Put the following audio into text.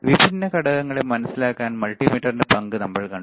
വിഭിന്ന ഘടകങ്ങളെ മനസിലാക്കാൻ മൾട്ടിമീറ്ററിന്റെ പങ്ക് നമ്മൾ കണ്ടു